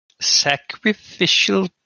Sacrificial